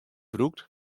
brûkt